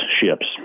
ships